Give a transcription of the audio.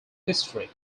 history